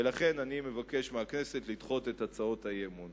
ולכן אני מבקש מהכנסת לדחות את הצעות האי-אמון.